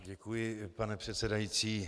Děkuji, pane předsedající.